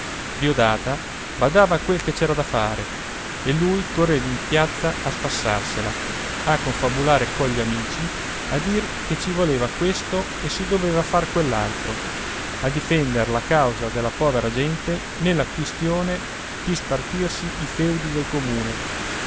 diodata badava a quel che c'era da fare e lui correva in piazza a spassarsela a confabulare cogli amici a dir che ci voleva questo e si doveva far quell'altro a difendere la causa della povera gente nella quistione di spartirsi i feudi del comune